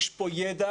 יש פה ידע,